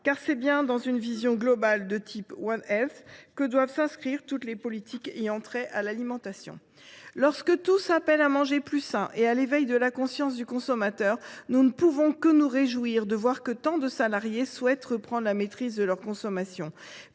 car c’est bien dans une vision globale, de type, que doivent s’inscrire toutes les politiques ayant trait à l’alimentation. Lorsque tous appellent à manger plus sain et à éveiller la conscience des consommateurs, nous ne pouvons que nous réjouir de voir tant de salariés souhaiter reprendre la maîtrise de leur consommation.